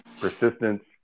persistence